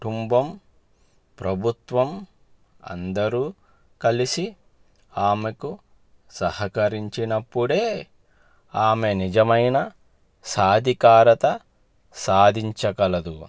కుటుంబం ప్రభుత్వం అందరూ కలిసి ఆమెకు సహకరించినప్పుడే ఆమె నిజమైన సాధికారత సాధించగలదు